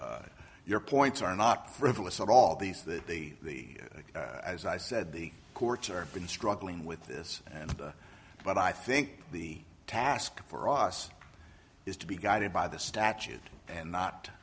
so your points are not frivolous at all these that they as i said the courts are been struggling with this and but i think the task for us is to be guided by the statute and not